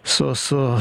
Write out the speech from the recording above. su su